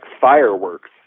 fireworks